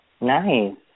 Nice